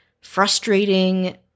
frustrating